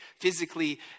physically